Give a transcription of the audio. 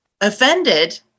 offended